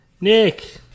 Nick